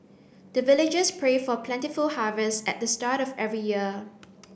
the villagers pray for plentiful harvest at the start of every year